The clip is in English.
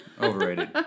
Overrated